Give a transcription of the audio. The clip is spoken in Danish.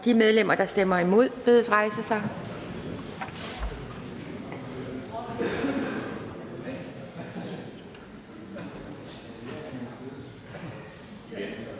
De medlemmer, der stemmer imod, bedes rejse sig.